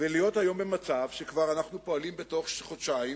ולהיות היום במצב שבו אנחנו פועלים כבר חודשיים